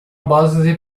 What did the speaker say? base